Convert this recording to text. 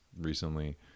recently